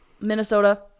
Minnesota